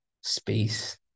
space